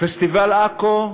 פסטיבל עכו,